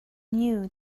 knew